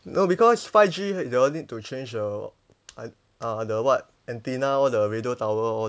no because five G they all need to change the uh the what antenna all the radio tower all